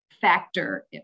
factor